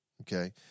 okay